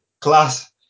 class